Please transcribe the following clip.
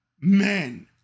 men